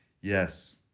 Yes